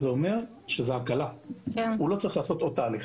אומר שזו הקלה, כי הוא לא צריך לעשות עוד תהליך.